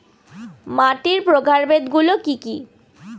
মাটির প্রকারভেদ গুলো কি কী?